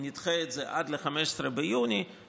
נדחה את זה עד 15 ביוני,